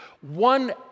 One